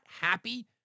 happy